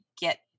get